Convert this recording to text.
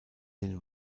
den